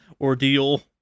ordeal